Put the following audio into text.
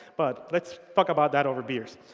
but let's talk about that over beers.